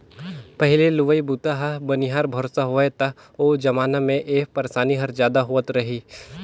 पहिली लुवई बूता ह बनिहार भरोसा होवय त ओ जमाना मे ए परसानी हर जादा होवत रही